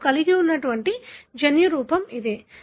నేను కలిగి ఉన్న జన్యురూపం ఇదే